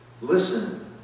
listen